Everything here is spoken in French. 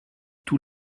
tout